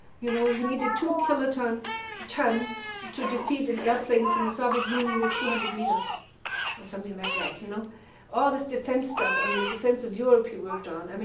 you know, you needed two-kiloton to defeat an airplane from the soviet union at two hundred meters or something like that. you know all this defense stuff on the defense of europe he worked on. i mean